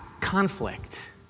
conflict